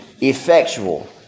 effectual